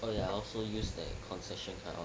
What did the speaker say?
oh ya I also used the concession card [one]